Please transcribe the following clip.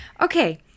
okay